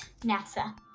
NASA